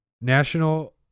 National